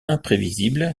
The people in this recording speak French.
imprévisible